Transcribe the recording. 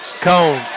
Cone